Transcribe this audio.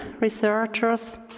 researchers